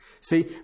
See